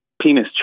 penis